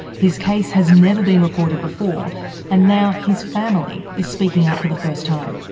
his case has never been reported before and now his family is speaking out for the first time.